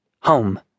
Home